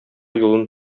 юлын